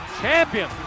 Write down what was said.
champion